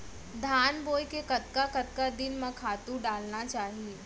धान बोए के कतका कतका दिन म खातू डालना चाही?